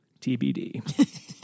TBD